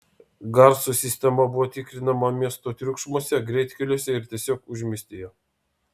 garso sistema buvo tikrinama miesto triukšmuose greitkeliuose ir tiesiog užmiestyje